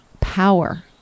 power